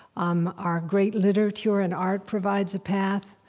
um our great literature and art provides a path.